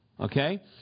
Okay